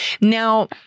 Now